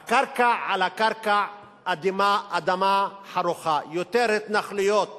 על הקרקע, האדמה חרוכה, יותר התנחלויות